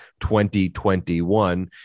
2021